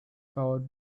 powered